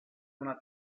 una